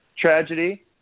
tragedy